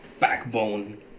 backbone